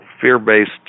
fear-based